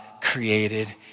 created